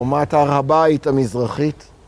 חומת הר הבית המזרחית.